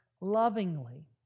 Lovingly